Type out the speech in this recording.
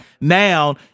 Now